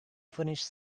finished